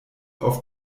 auf